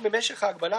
תוכנות,